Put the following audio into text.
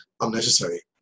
unnecessary